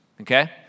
okay